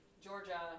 Georgia